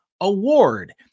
award